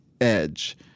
edge